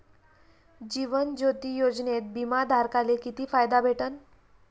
जीवन ज्योती योजनेत बिमा धारकाले किती फायदा भेटन?